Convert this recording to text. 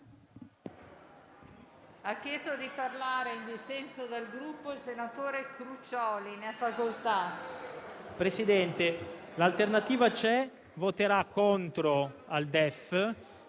Presidente, L'Alternativa c'è voterà contro al DEF